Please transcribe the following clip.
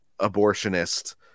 abortionist